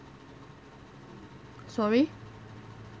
sorry